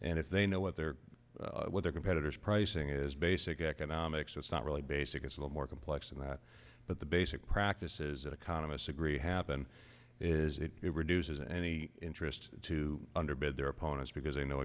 and if they know what their what their competitors pricing is basic economics it's not really basic it's a lot more complex than that but the basic practices economists agree happen is that it reduces any interest to underbid their opponents because they know